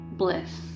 bliss